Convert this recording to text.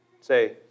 Say